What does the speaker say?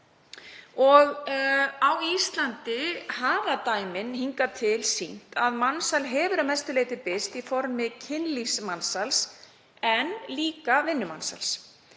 Á Íslandi hafa dæmin hingað til sýnt að mansal hefur að mestu leyti birst í formi kynlífsmansals en líka vinnumansals,